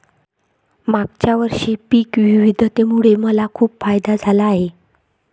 मागच्या वर्षी पिक विविधतेमुळे मला खूप फायदा झाला आहे